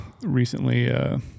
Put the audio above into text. recently –